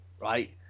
right